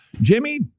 Jimmy